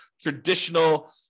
traditional